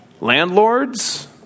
landlords